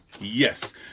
Yes